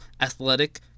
Athletic